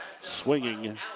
swinging